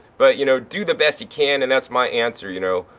but, you know, do the best you can. and that's my answer, you know.